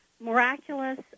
miraculous